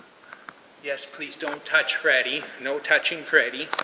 yes, please don't touch freddy. no touching freddy.